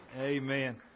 Amen